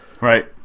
right